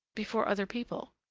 before other people.